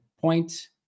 point